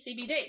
cbd